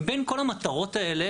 מבין כל המטרות האלה